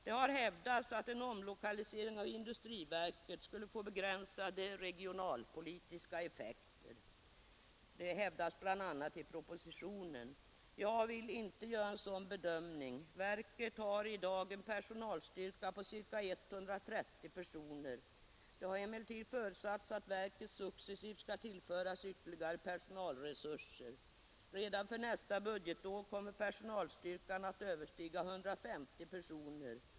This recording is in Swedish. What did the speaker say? Det har hävdats, bl.a. i propositionen, att en omlokalisering av industriverket skulle få endast begränsade regionalpolitiska effekter. Jag vill inte göra en sådan bedömning. Verket har i dag en personalstyrka på ca 130 personer. Det har emellertid förutsatts att verket successivt skall tillföras ytterligare personalresurser. Redan för nästa budgetår kommer personalstyrkan att överstiga 150 personer.